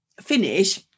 finish